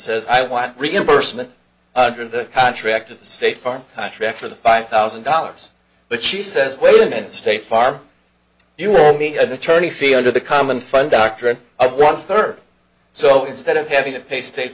says i want reimbursement under the contracted the state farm contract for the five thousand dollars but she says wait a minute state farm you'll need an attorney feel under the common fund doctrine of one third so instead of having to pay state